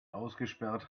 ausgesperrt